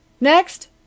Next